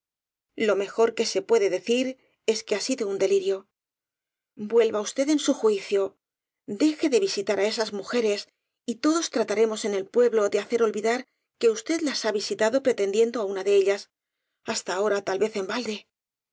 lo mejor que se puede decir es que ha sido un delirio vuelva usted en su juicio deje de visitar á esas mujeres y todos trataremos en el pue blo de hacer olvidar que usted las ha visitado pre tendiendo á una de ellas hasta ahora tal vez en balde